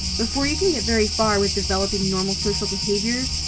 before you can get very far with developing normal social behaviors,